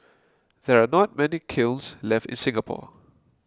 there are not many kilns left in Singapore